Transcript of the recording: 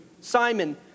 Simon